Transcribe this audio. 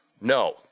No